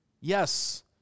Yes